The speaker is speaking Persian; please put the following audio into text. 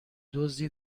دزدی